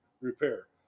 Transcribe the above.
repair